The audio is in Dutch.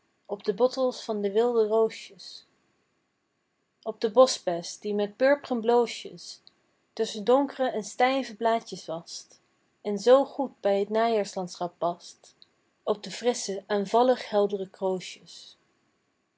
op de bottels van de wilde roosjes op de boschbes die met purpren bloosjes tusschen donkre en stijve blaadjes wast en zoo goed bij t najaarslandschap past op de frissche aanvallig heldre